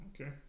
Okay